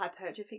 hypertrophic